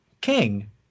king